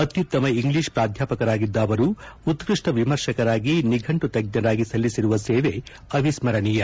ಅತ್ಯುತ್ತಮ ಇಂಗ್ಲಿಷ್ ಪ್ರಾಧ್ಯಾಪಕರಾಗಿದ್ದ ಅವರು ಉತ್ಪಷ್ಠ ವಿಮರ್ಶಕರಾಗಿ ನಿಘಂಟು ತಜ್ಜರಾಗಿ ಅವರು ಸಲ್ಲಿಸಿರುವ ಸೇವೆ ಅವಿಸ್ದರಣೀಯ